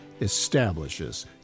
establishes